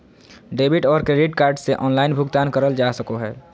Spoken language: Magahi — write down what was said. डेबिट और क्रेडिट कार्ड से ऑनलाइन भुगतान करल जा सको हय